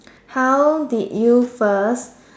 how did you first